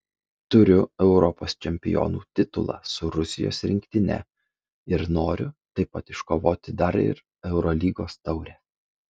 turiu europos čempionų titulą su rusijos rinktine ir noriu taip pat iškovoti dar ir eurolygos taurę